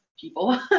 people